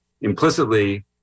implicitly